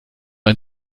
ein